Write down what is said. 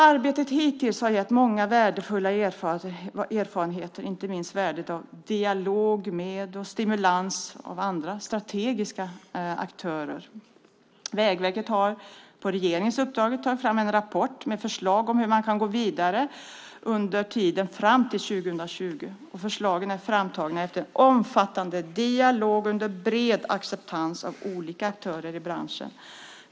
Arbetet hittills har gett många värdefulla erfarenheter, inte minst värdet av dialog med och stimulans av andra strategiska aktörer. Vägverket har, på regeringens uppdrag, tagit fram en rapport med förslag om hur man kan gå vidare under tiden fram till 2020. Förslagen är framtagna efter en omfattande dialog med och under bred acceptans av aktörer i branschen.